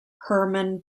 hermann